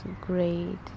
great